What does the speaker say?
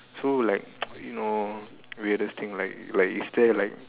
so like you know weirdest thing like is there like